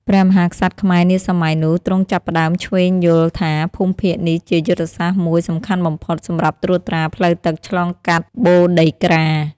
ព្រះមហាក្សត្រខ្មែរនាសម័យនោះទ្រង់ចាប់ផ្តើមឈ្វេងយល់ថា ភូមិភាគនេះជាយុទ្ធសាស្ត្រមួយសំខាន់បំផុត សម្រាប់ត្រួតត្រាផ្លូវទឹកឆ្លងកាត់ បូរដីក្រា។